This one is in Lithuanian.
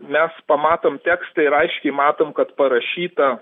mes pamatom tekstą ir aiškiai matom kad parašyta